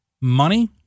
Money